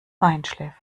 feinschliff